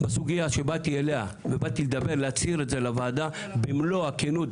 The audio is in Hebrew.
בסוגיה שבאתי אליה ובאתי להצהיר את זה לוועדה במלוא הכנות,